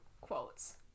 quotes